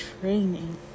training